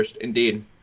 indeed